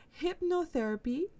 hypnotherapy